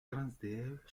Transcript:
transdev